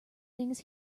things